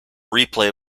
replay